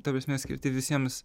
ta prasme skirti visiems